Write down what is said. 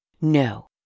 No